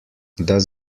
does